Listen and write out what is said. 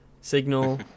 Signal